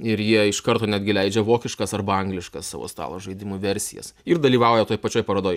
ir jie iš karto netgi leidžia vokiškas arba angliškas savo stalo žaidimų versijas ir dalyvauja toj pačioj parodoj